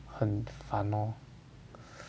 很烦 lor